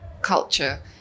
culture